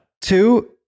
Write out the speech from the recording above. Two